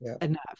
enough